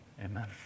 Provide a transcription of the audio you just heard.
Amen